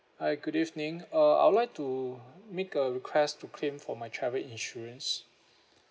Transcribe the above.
hi good evening uh I'd like to make a request to claim for my travel insurance